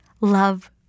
Love